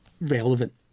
relevant